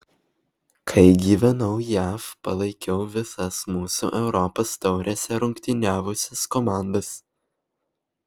kai gyvenau jav palaikiau visas mūsų europos taurėse rungtyniavusias komandas